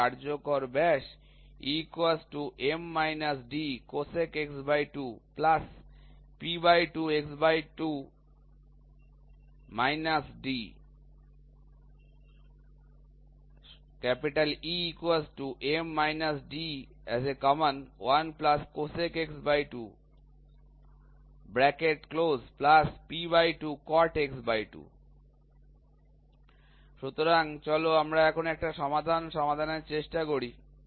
সুতরাং কার্যকর ব্যাস সুতরাং চলো আমরা এখানে একটা সমস্যা সমাধানের চেষ্টা করি